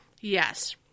yes